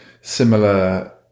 similar